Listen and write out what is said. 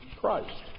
Christ